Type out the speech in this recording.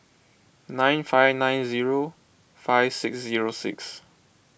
nine five nine zero five six zero six